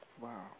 Wow